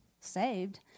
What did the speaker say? saved